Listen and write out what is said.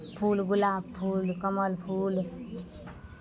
फूल गुलाबके फूल कमल फूल